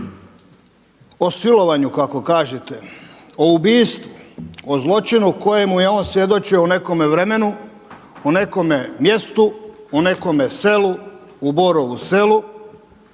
o silovanju kako kažete, o ubojstvu, o zločinu kojemu je on svjedočio u nekome vremenu, u nekome mjestu, u nekome selu, u Borovu Selu.